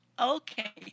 Okay